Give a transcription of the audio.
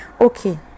Okay